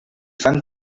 fan